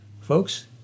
Folks